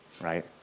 right